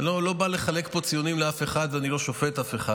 ואני לא בא לחלק פה ציונים לאף אחד ואני לא שופט אף אחד,